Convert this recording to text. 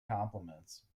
compliments